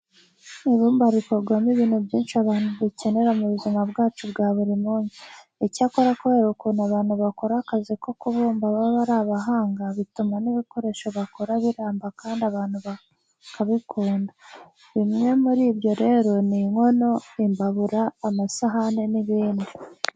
Ibumba rikorwamo ibintu byinshi abantu dukenera mu bizima bwacu bwa buri munsi. Icyakora kubera ukuntu abantu bakora akazi ko kubumba baba ari abahanga, bituma n'ibikoresho bakora biramba kandi abantu bakabikunda. Bimwe muri byo rero ni inkono, imbabura, amasahane n'ibindi.